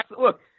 look